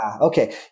okay